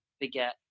forget